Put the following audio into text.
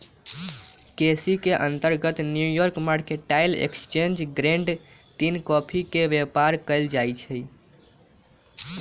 केसी के अंतर्गत New York mercantile exchange grade तीन कॉफी के व्यापार कएल जाइ छइ